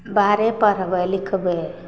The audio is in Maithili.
बाहरे पढ़बै लिखबै